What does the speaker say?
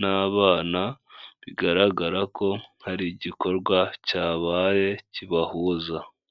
n'abana, bigaragara ko hari igikorwa cyabaye kibahuza.